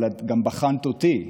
אבל את גם בחנת אותי,